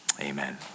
Amen